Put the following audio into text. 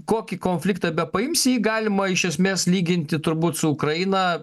kokį konfliktą bepaimsi jį galima iš esmės lyginti turbūt su ukraina